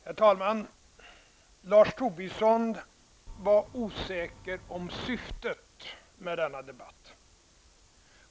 Herr talman! Lars Tobisson var osäker beträffande syftet med denna debatt.